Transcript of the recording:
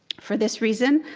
for this reason,